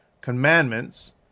commandments